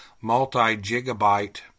multi-gigabyte